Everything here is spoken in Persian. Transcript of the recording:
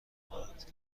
بود